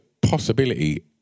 possibility